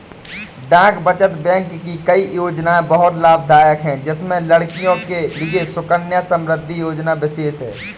डाक बचत बैंक की कई योजनायें बहुत लाभदायक है जिसमें लड़कियों के लिए सुकन्या समृद्धि योजना विशेष है